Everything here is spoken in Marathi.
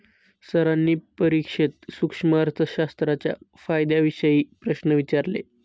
सरांनी परीक्षेत सूक्ष्म अर्थशास्त्राच्या फायद्यांविषयी प्रश्न विचारले